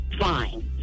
Fine